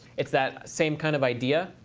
it's that same kind of idea.